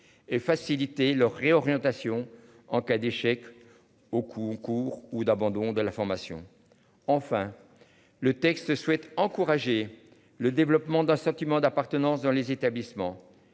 et faciliter leur réorientation en cas d'échec. Au concours ou d'abandon de la formation enfin. Le texte souhaite encourager le développement d'un sentiment d'appartenance dans les établissements.